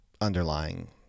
underlying